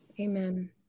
Amen